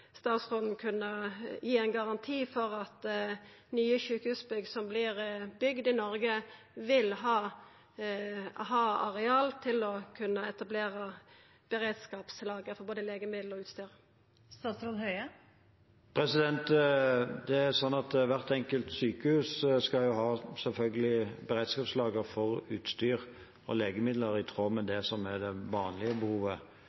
statsråden kunna gi ein garanti for at nye sjukehusbygg som vert bygde i Noreg, vil ha areal til å kunne etablera beredskapslager for både legemiddel og utstyr? Hvert enkelt sykehus skal selvfølgelig ha beredskapslager for utstyr og legemidler i tråd med det som er det vanlige behovet.